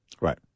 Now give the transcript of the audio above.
Right